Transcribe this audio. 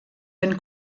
ben